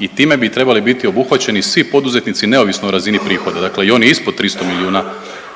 i time bi trebali biti obuhvaćeni svi poduzetnici neovisno o razini prihoda, dakle i oni ispod 300 milijuna